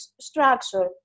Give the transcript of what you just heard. structure